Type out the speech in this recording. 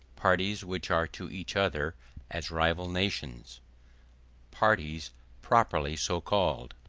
parties which are to each other as rival nations parties properly so called